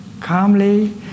calmly